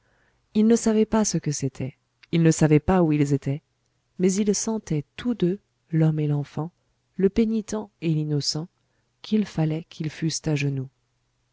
ils ne savaient pas ce que c'était ils ne savaient pas où ils étaient mais ils sentaient tous deux l'homme et l'enfant le pénitent et l'innocent qu'il fallait qu'ils fussent à genoux